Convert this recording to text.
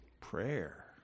Prayer